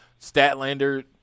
Statlander